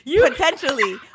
potentially